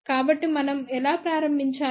కాబట్టి మనం ఎలా ప్రారంభించాలి